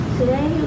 Today